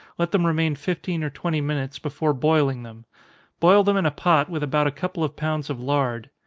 let them remain fifteen or twenty minutes before boiling them boil them in a pot, with about a couple of pounds of lard.